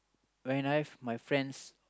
when I've my friends